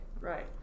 right